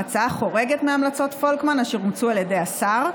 ההצעה חורגת מהמלצות פולקמן אשר אומצו על ידי השר.